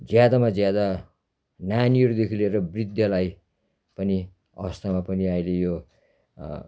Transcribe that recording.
ज्यादामा ज्यादा नानीहरूदेखि लिएर वृद्धलाई पनि अवस्थामा पनि अहिले यो